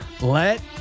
Let